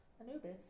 Anubis